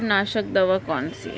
जवार नाशक दवा कौन सी है?